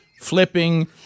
flipping